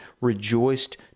rejoiced